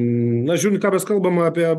na žiūrint ką mes kalbam apie